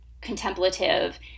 contemplative